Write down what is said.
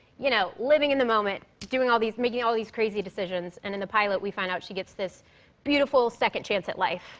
you know, living in the moment. doing all these making all of these crazy decisions. and in the pilot we find out she gets this beautiful second chance at life.